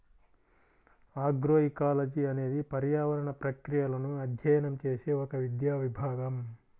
agroecology అనేది పర్యావరణ ప్రక్రియలను అధ్యయనం చేసే ఒక విద్యా విభాగం